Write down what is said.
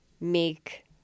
make